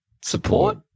support